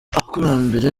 abakurambere